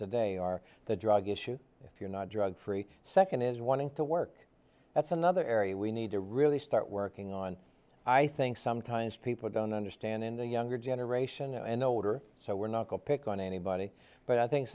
today are the drug issue if you're not drug free second is wanting to work that's another area we need to really start working on i think sometimes people don't understand in the younger generation and older so we're not go pick on anybody but i think